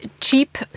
cheap